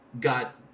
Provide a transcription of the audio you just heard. got